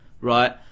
right